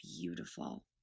beautiful